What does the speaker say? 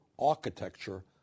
architecture